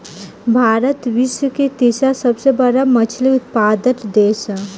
भारत विश्व के तीसरा सबसे बड़ मछली उत्पादक देश ह